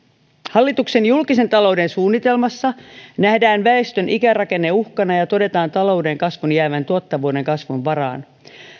hallituksen julkisen talouden suunnitelmassa nähdään väestön ikärakenne uhkana ja ja todetaan talouden kasvun jäävän tuottavuuden kasvun varaan